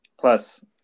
Plus